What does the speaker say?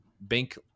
bank